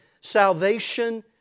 salvation